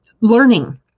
learning